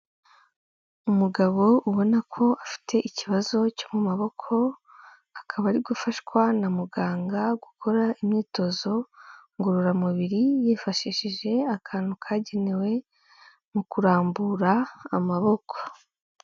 Umugabo ubona ko afite ikibazo cyo mu maboko, akaba ari gufashwa na muganga gukora imyitozo ngororamubiri yifashishije akantu kagenewe mu kurambura amaboko.